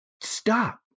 Stop